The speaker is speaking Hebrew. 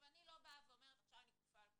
אני לא באה ואומרת שאני באה וכופה על כולם.